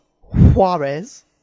Juarez